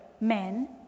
men